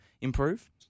improve